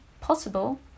Possible